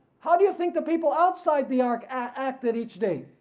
how do you think the people outside the ark acted each day?